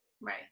Right